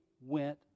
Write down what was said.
went